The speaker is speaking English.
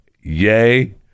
Yay